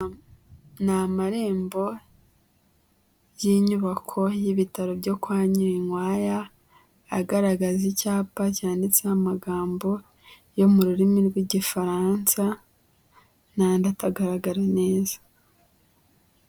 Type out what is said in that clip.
Ni amarembo y'inyubako y'ibitaro byo kwa Nyirinkwaya, agaragaza icyapa cyanditseho amagambo yo mu rurimi rw'igifaransa n'andi atagaragara neza.